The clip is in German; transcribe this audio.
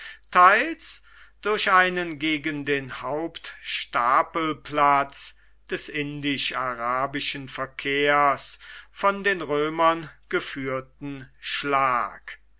teils durch einen gegen den hauptstapelplatz des indisch arabischen verkehrs von den römern geführten schlag